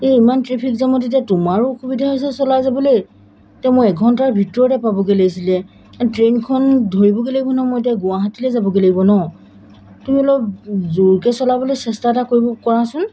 এই ইমান ট্ৰেফিক জামত এতিয়া তোমাৰো অসুবিধা হৈছে চলাই যাবলৈ এতিয়া মই এঘণ্টাৰ ভিতৰতে পাবগৈ লাগিছিলে ট্ৰেইনখন ধৰিবগৈ লাগিব নহয় মই এতিয়া গুৱাহাটীলৈ যাবগৈ লাগিব ন তুমি অলপ জোৰকৈ চলাবলৈ চেষ্টা এটা কৰিব কৰাচোন